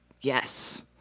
Yes